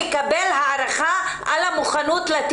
מי אמר שאין להם פוטנציאל שיקומי?